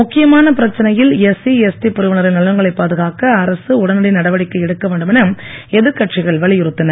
முக்கியமான பிரச்சனையில் SC ST பிரிவினரின் நலன்களை பாதுகாக்க அரசு உடனடி நடவடிக்கை எடுக்க வேண்டும் என எதிர்கட்சிகள் வலியுறுத்தின